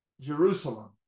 Jerusalem